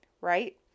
Right